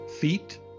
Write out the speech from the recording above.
feet